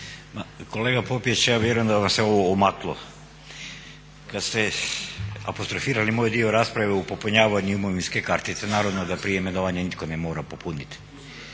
Kolega Popijač ja vjerujem da vam se ovo omaklo kad ste apostrofirali moj dio rasprave u popunjavanju imovinske kartice. Naravno da prije imenovanja nitko ne mora popuniti.